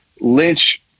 Lynch